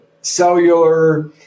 cellular